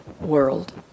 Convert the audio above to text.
world